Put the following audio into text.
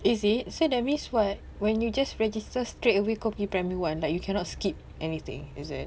is it so that means what when you just register straightaway kau pergi primary one like you cannot skip anything is it